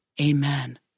Amen